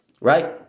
right